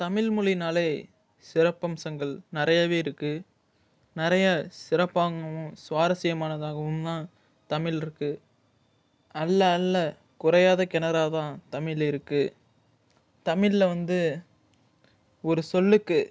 தமிழ் மொழின்னாலே சிறப்பம்சங்கள் நிறையவே இருக்கு நிறைய சிறப்பாங்கவும் சுவாரஸ்யமானதாகவும் தான் தமிழ் இருக்கு அள்ள அள்ள குறையாத கிணறாகதான் தமிழ் இருக்கு தமிழில் வந்து ஒரு சொல்லுக்கு